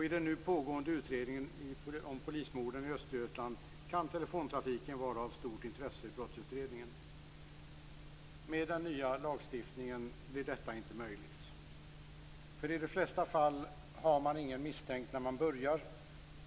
I den nu pågående utredningen om polismorden i Östergötland kan telefontrafiken vara av stort intresse i brottsutredningen. Med den nya lagstiftningen blir detta inte möjligt. För i de flesta fall har man ingen misstänkt när man börjar.